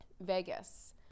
Vegas